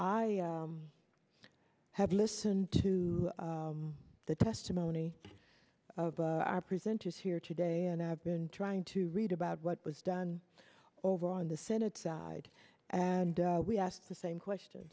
i have listened to the testimony of our presenters here today and i've been trying to read about what was done over on the senate side and we asked the same question